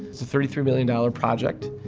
thirty three million dollars project.